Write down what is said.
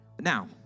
now